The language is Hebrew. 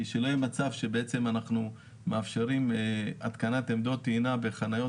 שלא יהיה מצב שבעצם אנחנו מאפשרים התקנת עמדות טעינה בחניות